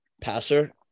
passer